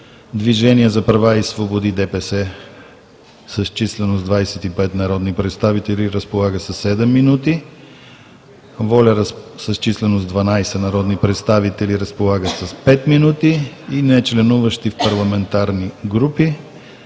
„Движение за права и свободи“ – с численост 25 народни представители, разполагат със 7 минути; „Воля“ – с численост 12 народни представители, разполагат с 5 минути, и нечленуващите в парламентарни групи